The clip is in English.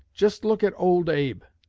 just look at old abe!